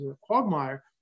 quagmire